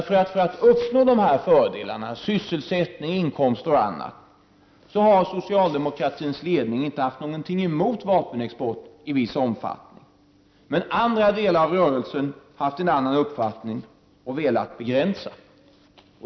För att uppnå de fördelar som jag just talade om — sysselsättning, inkomster och annat — har socialdemokratins ledning inte haft något emot vapenexport i viss omfattning. Men delar av rörelsen har haft en annan uppfattning och velat begränsa.